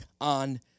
on